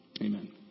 Amen